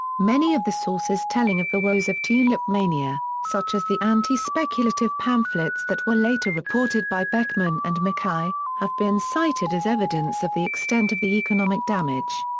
many of the sources telling of the woes of tulip mania, such as the anti-speculative pamphlets that were later reported by beckmann and mackay, have been cited as evidence of the extent of the economic damage.